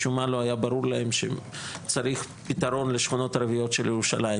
משום מה לא היה ברור להם שצריך פתרון לשכונות הערביות של ירושלים.